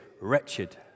wretched